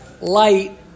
light